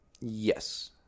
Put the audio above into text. Yes